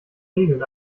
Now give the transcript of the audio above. regeln